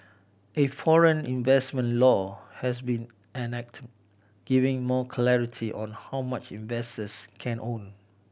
a foreign investment law has been enacted giving more clarity on how much investors can own